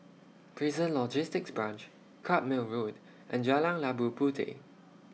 Prison Logistics Branch Carpmael Road and Jalan Labu Puteh